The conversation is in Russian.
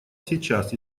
сейчас